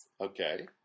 Okay